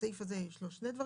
הסעיף הזה, יש לו שני דברים.